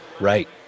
Right